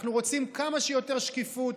אנחנו רוצים כמה שיותר שקיפות,